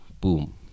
Boom